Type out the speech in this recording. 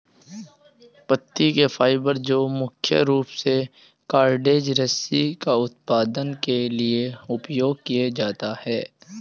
पत्ती के फाइबर जो मुख्य रूप से कॉर्डेज रस्सी का उत्पादन के लिए उपयोग किए जाते हैं